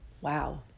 Wow